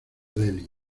delhi